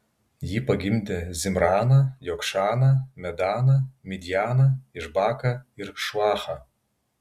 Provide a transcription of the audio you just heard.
ji pagimdė zimraną jokšaną medaną midjaną išbaką ir šuachą